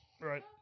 Right